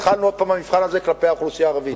התחלנו עוד פעם במבחן הזה כלפי האוכלוסייה הערבית.